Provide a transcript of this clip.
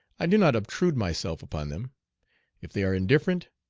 i do not obtrude myself upon them if they are indifferent,